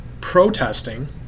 protesting